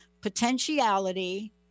potentiality